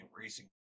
racing